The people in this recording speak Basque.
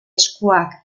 eskuak